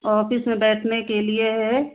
office में बैठने के लिए है